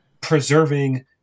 preserving